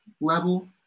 level